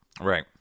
Right